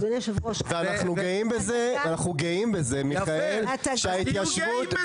ואנחנו גאים בזה מיכאל שההתיישבות,